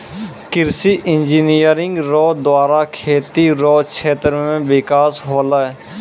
कृषि इंजीनियरिंग रो द्वारा खेती रो क्षेत्र मे बिकास होलै